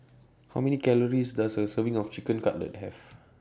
How Many Calories Does A Serving of Chicken Cutlet Have